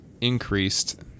increased